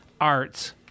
arts